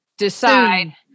decide